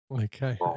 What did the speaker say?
Okay